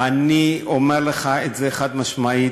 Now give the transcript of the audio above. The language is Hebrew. אני אומר לך את זה חד-משמעית: